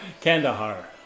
Kandahar